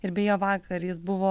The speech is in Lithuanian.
ir beje vakar jis buvo